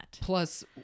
plus